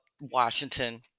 Washington